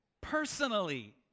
personally